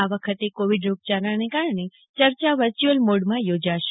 આ વખતે કોવિડ રોગચાળાના કારણે ચર્ચા વર્ચુઅલ મોડમાં યોજાશે